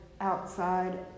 outside